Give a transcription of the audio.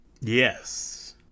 yes